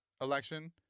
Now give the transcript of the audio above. election